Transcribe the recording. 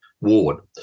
Ward